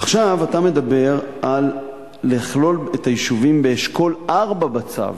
עכשיו אתה מדבר על לכלול את היישובים באשכול 4 בצו.